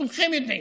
כולכם יודעים,